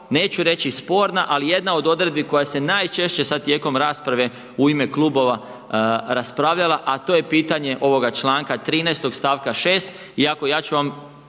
neću reći sporna, ali jedna od odredbi koja se najčešće sad tijekom rasprave u ime klubova raspravljala, a to je pitanje ovoga čl. 13. st. 6, iako, ja ću vam